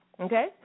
Okay